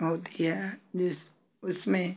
होती है जिस उसमें